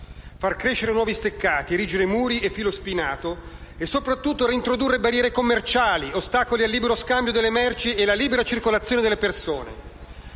far crescere nuovi steccati, erigere muri e filo spinato e, soprattutto, reintrodurre barriere commerciali, ostacoli al libero scambio delle merci e alla libera circolazione delle persone,